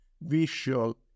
visual